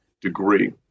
degree